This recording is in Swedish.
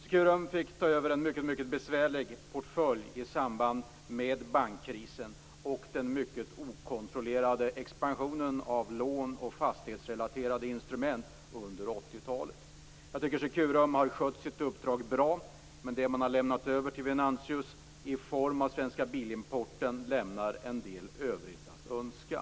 Securum fick ta över en mycket besvärlig portfölj i samband med bankkrisen och den mycket okontrollerade expansionen av lån och fastighetsrelaterade instrument under 80-talet. Jag tycker att Securum har skött sitt uppdrag bra, men det man har lämnat över till Venantius i form av Svenska Bilimporten lämnar en del övrigt att önska.